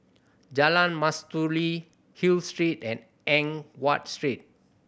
Jalan Mastuli Hill Street and Eng Watt Street